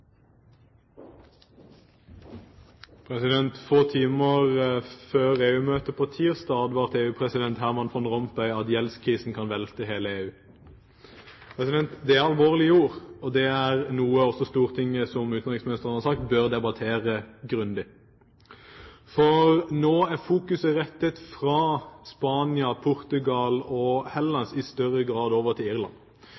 Få timer før EU-møtet på tirsdag advarte EU-president Herman Van Rompuy om at gjeldskrisen kan velte hele EU. Det er alvorlige ord, og det er noe også Stortinget, som utenriksministeren har sagt, bør debattere grundig. Nå er fokuset rettet fra Spania, Portugal og